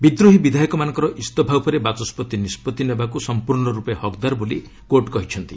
ବିଦ୍ରୋହୀ ବିଧାୟକମାନଙ୍କର ଇସ୍ତଫା ଉପରେ ବାଚସ୍ୱତି ନିଷ୍ପଭି ନେବାକୁ ସମ୍ପୂର୍ଣ୍ଣରୂପେ ହକ୍ଦାର ବୋଲି କୋର୍ଟ କହିଛନ୍ତି